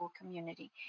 community